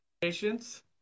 patience